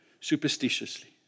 superstitiously